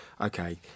okay